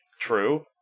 true